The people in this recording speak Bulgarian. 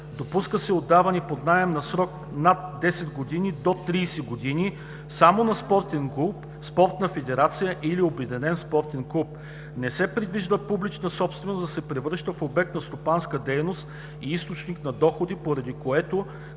Допуска се отдаване под наем за срок над 10 до 30 години само на спортен клуб, спортна федерация или обединен спортен клуб. Не се предвижда публична собственост да се превръща в обект на стопанска дейност и източник на доходи, поради което